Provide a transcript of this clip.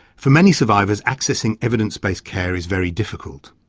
for many survivors accessing evidence-based care is very difficult.